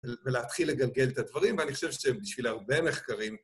ולהתחיל לגלגל את הדברים, ואני חושב שהם בשביל הרבה מחקרים...